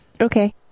okay